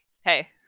Hey